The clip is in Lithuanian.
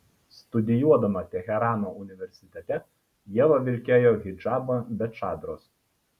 studijuodama teherano universitete ieva vilkėjo hidžabą be čadros